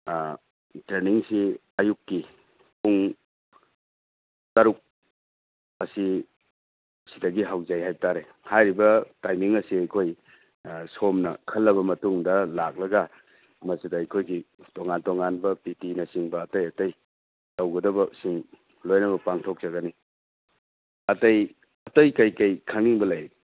ꯇ꯭ꯔꯦꯅꯤꯡꯁꯤ ꯑꯌꯨꯛꯀꯤ ꯄꯨꯡ ꯇꯔꯨꯛ ꯑꯁꯤ ꯁꯤꯗꯒꯤ ꯍꯧꯖꯩ ꯍꯥꯏ ꯇꯥꯔꯦ ꯍꯥꯏꯔꯤꯕ ꯇꯥꯏꯃꯤꯡ ꯑꯁꯤ ꯑꯩꯈꯣꯏ ꯁꯣꯝꯅ ꯈꯜꯂꯕ ꯃꯇꯨꯡꯗ ꯂꯥꯛꯂꯒ ꯃꯗꯨꯗ ꯑꯩꯈꯣꯏꯒꯤ ꯇꯣꯉꯥꯟ ꯇꯣꯉꯥꯟꯕ ꯄꯤ ꯇꯤꯅꯆꯤꯡꯕ ꯑꯇꯩ ꯑꯇꯩ ꯇꯧꯒꯗꯕꯁꯤꯡ ꯂꯣꯏꯅꯃꯛ ꯄꯥꯡꯊꯣꯛꯆꯒꯅꯤ ꯑꯇꯩ ꯑꯇꯩ ꯀꯩꯀꯩ ꯈꯪꯅꯤꯡꯕ ꯂꯩꯔꯤ